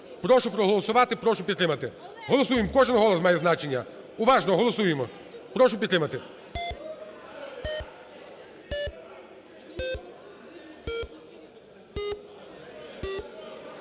Прошу проголосувати. Прошу підтримати. Голосуємо. Кожен голос має значення. Уважно! Голосуємо. Прошу підтримати.